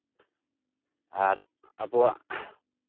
ᱟᱨ ᱟᱵᱚᱣᱟᱜ